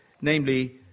namely